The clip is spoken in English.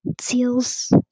seals